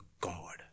God